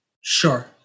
Sure